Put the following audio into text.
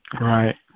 Right